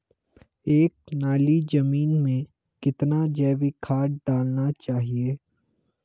एक नाली जमीन में कितना जैविक खाद डालना चाहिए?